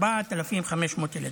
4,500 ילדים.